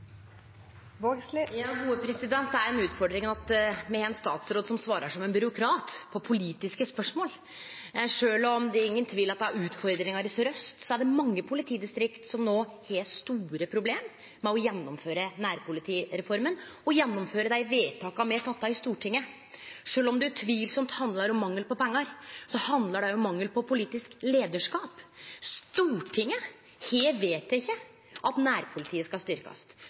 – ja, så er det ikke slik at alle er opptatt av akkurat det. Lene Vågslid – til oppfølgingsspørsmål. Det er ei utfordring at me har ein statsråd som svarar som ein byråkrat på politiske spørsmål. Sjølv om det ikkje er nokon tvil om at det er utfordringar i Sør-Øst, er det mange politidistrikt som no har store problem med å gjennomføre nærpolitireforma og dei vedtaka me fatta i Stortinget. Sjølv om det utvilsamt handlar om mangel på pengar, handlar det òg om mangel på politisk leiarskap. Stortinget har vedteke at